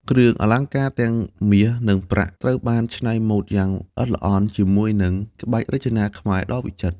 គ្រឿងអលង្ការទាំងមាស និងប្រាក់ ត្រូវបានច្នៃម៉ូដយ៉ាង ល្អិតល្អន់ ជាមួយនឹង ក្បាច់រចនាខ្មែរដ៏វិចិត្រ។